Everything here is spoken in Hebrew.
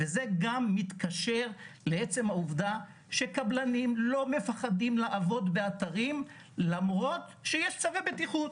זה מתקשר לעובדה שקבלנים לא מפחדים לעבוד באתרים למרות שיש צווי בטיחות.